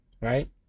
right